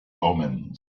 omens